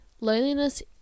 loneliness